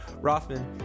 Rothman